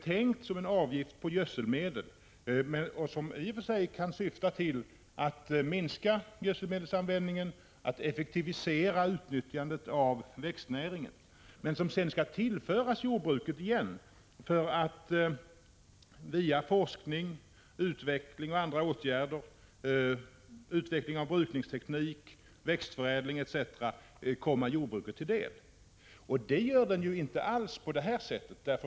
Det är en avgift på gödselmedel som i och för sig kan syfta till en minskad gödselmedelsanvändning och ett effektivt utnyttjande av växtnäringen — men som sedan skall tillföras jordbruket igen, för att genom forskning, utveckling av brukningsteknik, växtförädling etc. komma jordbruket till del. Pengarna används emellertid inte alls på detta sätt.